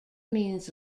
means